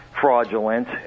fraudulent